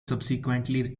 subsequently